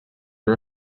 are